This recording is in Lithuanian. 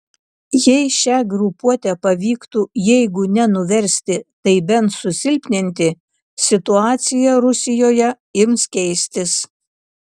jei šią grupuotę pavyktų jeigu ne nuversti tai bent susilpninti situacija rusijoje ims keistis